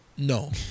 No